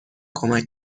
کمک